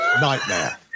Nightmare